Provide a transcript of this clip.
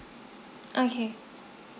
okay